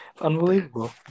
Unbelievable